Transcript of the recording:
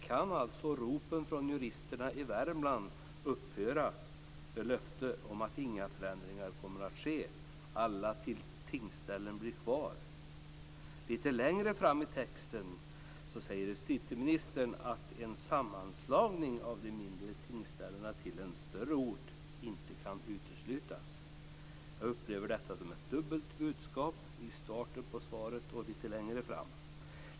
Kan alltså ropen från juristerna i Värmland upphöra i och med löftet om att inga förändringar kommer att ske - dvs. att alla tingsställen blir kvar? Lite längre fram i svaret säger dock justitieministern att en sammanslagning av de mindre tingsställena till en större ort inte kan uteslutas. Jag upplever ett dubbelt budskap när det gäller det som sägs i början av svaret och när det gäller det som sägs lite längre fram i svaret.